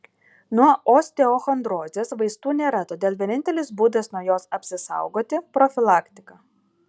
nuo osteochondrozės vaistų nėra todėl vienintelis būdas nuo jos apsisaugoti profilaktika